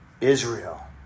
Israel